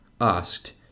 asked